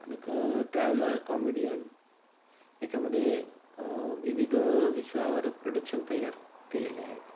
आणि traveller comedian याच्यामध्ये विविध विषयावर प्रोडक्शन तयार केलेले आहेत